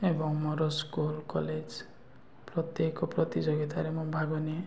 ଏବଂ ମୋର school college ପ୍ରତ୍ୟେକ ପ୍ରତିଯୋଗିତାରେ ମୁଁ ଭାଗ ନିଏ